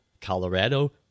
Colorado